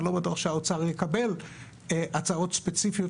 אני לא בטוח שהאוצר יקבל הצעות ספציפיות